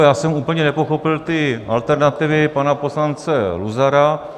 Já jsem úplně nepochopil ty alternativy pana poslance Luzara.